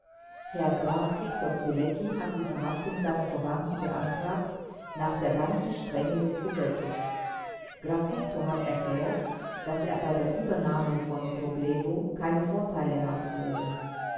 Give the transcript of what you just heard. herr graf hektor kwilecki hat die verhaftung seiner verwandten beantragt nach der ganzen strenge des gesetzes graf hektor hat erklärt daß er bei der übernahme von wroblewo keine vorteile haben würde